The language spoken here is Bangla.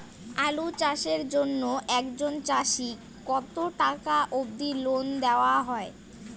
আলু চাষের জন্য একজন চাষীক কতো টাকা অব্দি লোন দেওয়া হয়?